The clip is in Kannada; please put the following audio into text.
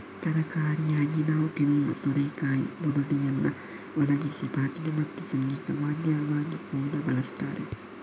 ತರಕಾರಿಯಾಗಿ ನಾವು ತಿನ್ನುವ ಸೋರೆಕಾಯಿ ಬುರುಡೆಯನ್ನ ಒಣಗಿಸಿ ಪಾತ್ರೆ ಮತ್ತೆ ಸಂಗೀತ ವಾದ್ಯವಾಗಿ ಕೂಡಾ ಬಳಸ್ತಾರೆ